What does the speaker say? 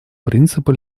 принципа